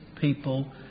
people